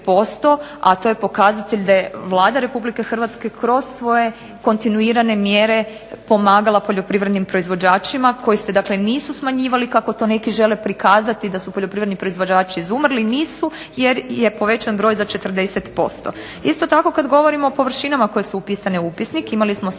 a to je pokazatelj da je Vlada Republike Hrvatske kroz svoje kontinuirane mjere pomagala poljoprivrednim proizvođačima koji se dakle nisu smanjivali kako to neki žele prikazati da su poljoprivredni proizvođači izumrli, nisu, jer je povećan broj za 40%. Isto tako kad govorimo o površinama koje su upisane u upisnik, imali smo 700